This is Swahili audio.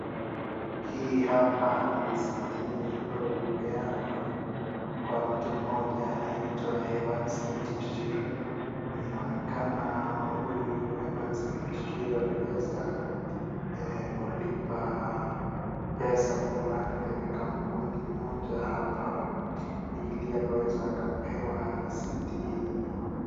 Hii hapa ni risiti ambayo ilipeanwa kwa mtu mmoja anayeitwa Evans Kipchichir, inaonekana huyu Evans Kipchichir aliweza kulipa pesa fulani katika kampuni moja hapa, ili akaweza kupewa risiti hili.